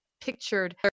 pictured